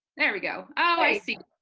there we go. oh i see.